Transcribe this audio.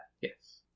Yes